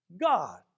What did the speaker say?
God